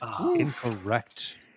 incorrect